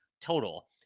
total